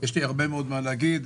יש לי הרבה מאוד מה להגיד.